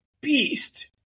beast